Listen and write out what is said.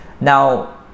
Now